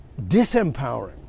disempowering